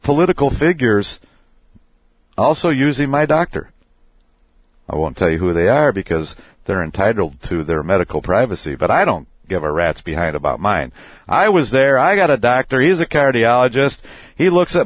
political figures also using my doctor i won't tell you who they are because they're entitled to their medical privacy but i don't give a rat's behind about mine i was there i got a doctor he's a carrot eola just he looks at